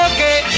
Okay